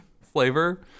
flavor